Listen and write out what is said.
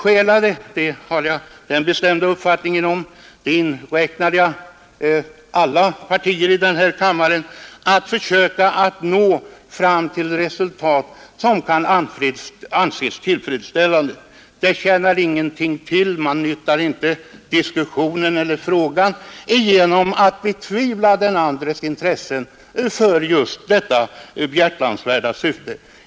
Jag har den bestämda uppfattningen att företrädarna för alla partier i denna kammare är besjälade av en önskan att försöka nå fram till resultat som kan anses tillfredsställande. Man befrämjar inte diskussionen eller frågan genom att betvivla motpartens intresse för detta behjärtansvärda syfte.